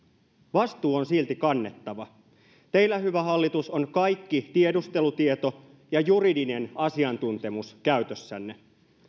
vastuu on silti kannettava teillä hyvä hallitus on kaikki tiedustelutieto ja juridinen asiantuntemus käytössänne